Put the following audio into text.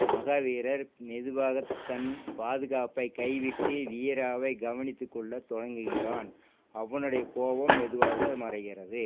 மகாவீரர் மெதுவாகத் தன் பாதுகாப்பைக் கைவிட்டு வீராவைக் கவனித்துக் கொள்ளத் தொடங்குகிறான் அவனுடைய கோபம் மெதுவாக மறைகிறது